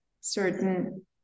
certain